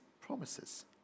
promises